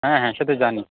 হ্যাঁ হ্যাঁ সে তো জানি